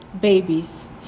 Babies